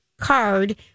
card